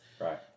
Right